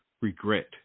regret